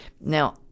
Now